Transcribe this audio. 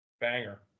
banger